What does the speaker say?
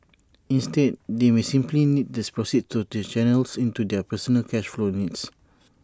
instead they may simply need the proceeds to channel into their personal cash flow needs